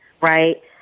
Right